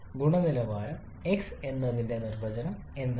ഗുണനിലവാരം x എന്നതിന്റെ നിർവചനം എന്താണ്